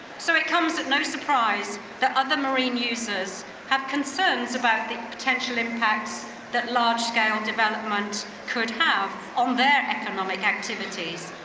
so it comes at no surprise that other marine users have concerns about the potential impacts that large scale development could have on their economic activities,